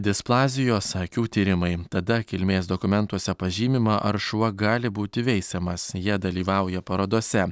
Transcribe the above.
displazijos akių tyrimai tada kilmės dokumentuose pažymima ar šuo gali būti veisiamas jie dalyvauja parodose